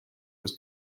was